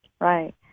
right